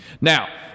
Now